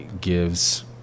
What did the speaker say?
gives